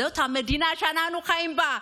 זאת המדינה שאנחנו חיים בה,